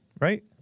right